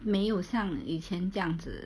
没有像以前这样子